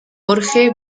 jorge